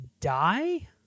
die